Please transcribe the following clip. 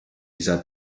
dieser